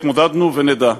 התמודדנו ונדע.